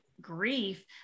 grief